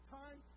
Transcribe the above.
time